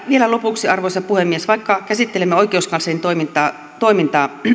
vielä lopuksi arvoisa puhemies vaikka käsittelemme oikeuskanslerin toimintaa toimintaa